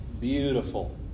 beautiful